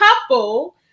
couple